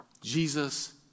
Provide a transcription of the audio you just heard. Jesus